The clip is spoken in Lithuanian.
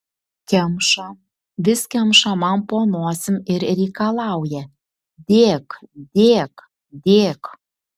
kemša vis kemša man po nosim ir reikalauja dėk dėk dėk